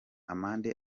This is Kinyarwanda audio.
amande